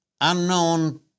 unknown